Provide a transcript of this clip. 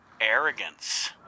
arrogance